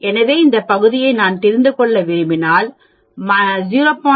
எனவே இந்த பகுதியை நான் தெரிந்து கொள்ள விரும்பினால் 0